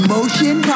Motion